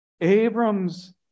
Abram's